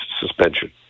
suspension